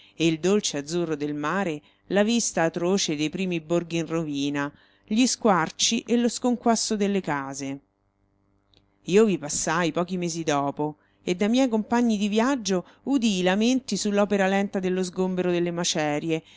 e il dolce azzurro del mare la vista atroce dei primi borghi in rovina gli squarci e lo sconquasso delle case io vi passai pochi mesi dopo e da miei compagni di viaggio udii i lamenti su l'opera lenta dello sgombero delle macerie